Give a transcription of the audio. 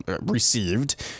received